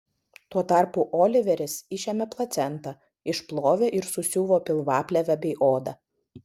tuo tarpu oliveris išėmė placentą išplovė ir susiuvo pilvaplėvę bei odą